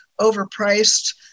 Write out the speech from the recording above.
overpriced